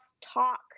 talk